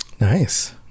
Nice